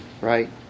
right